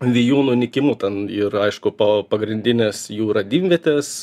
vijūnų nykimu ten ir aišku pa pagrindinės jų radimvietės